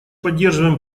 поддерживаем